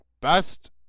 best